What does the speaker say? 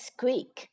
Squeak